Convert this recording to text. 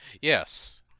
Yes